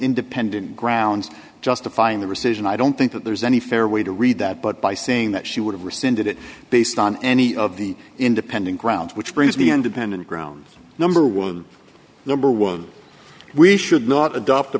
independent grounds justifying the rescission i don't think that there's any fair way to read that but by saying that she would risk and did it based on any of the independent grounds which brings me independent ground number one number one we should not adopt a